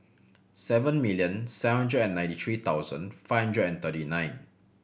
seven million seven hundred and ninety three thousand five hundred and thirty nine